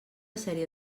sèrie